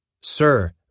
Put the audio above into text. Sir